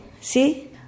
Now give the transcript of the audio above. See